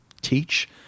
teach